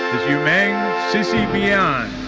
yumeng cee cee bian.